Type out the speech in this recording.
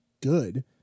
Good